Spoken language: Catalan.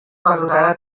valorarà